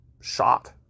shot